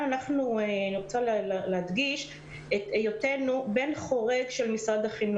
אבל היום עם ההנחיות החדשות כל השאר כבר צריכים לקבל שירות בביתם,